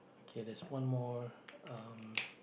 okay there's one more um